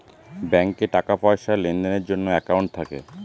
ব্যাঙ্কে টাকা পয়সার লেনদেনের জন্য একাউন্ট থাকে